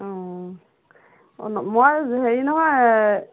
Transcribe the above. অঁ অ' ন মই হেৰি নহয়